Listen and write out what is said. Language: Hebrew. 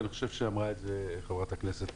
ואני חושב שאמרה את זה חברת הכנסת,